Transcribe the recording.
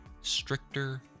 stricter